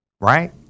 right